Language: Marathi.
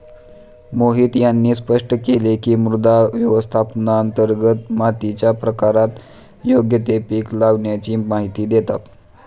मोहित यांनी स्पष्ट केले की, मृदा व्यवस्थापनांतर्गत मातीच्या प्रकारात योग्य ते पीक लावाण्याची माहिती देतात